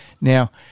Now